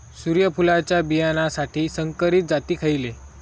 सूर्यफुलाच्या बियानासाठी संकरित जाती खयले?